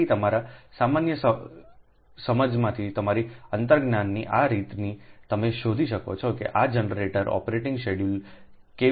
તેથી તમારા સામાન્ય સમજમાંથી તમારી અંતર્જ્ઞાનની આ રીતથી તમે શોધી શકો છો કે આ જનરેટર ઓપરેટીંગ શેડ્યૂલ કેવી રીતે ઇચ્છિત થઈ શકે છે